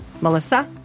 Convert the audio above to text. Melissa